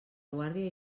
guàrdia